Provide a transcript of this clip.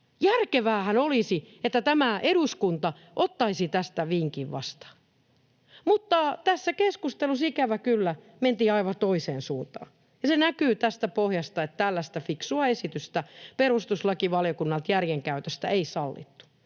Järkeväähän olisi, että tämä eduskunta ottaisi tästä vinkin vastaan. Mutta tässä keskustelussa, ikävä kyllä, mentiin aivan toiseen suuntaan, ja se näkyy tästä pohjasta, että tällaista fiksua esitystä perustuslakivaliokunnalta järjen käytöstä ei sallittu.